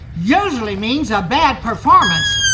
usually means a bad performance.